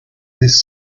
this